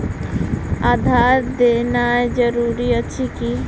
आधार देनाय जरूरी अछि की?